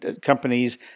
companies